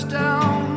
down